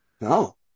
No